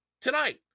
tonight